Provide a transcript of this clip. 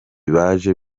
baje